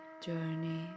journey